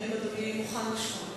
האם אדוני השר מוכן לשמוע?